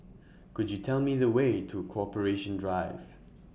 Could YOU Tell Me The Way to Corporation Drive